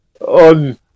on